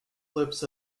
clips